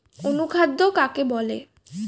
অনুখাদ্য কাকে বলে?